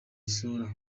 isura